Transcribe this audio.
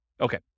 Okay